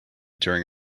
during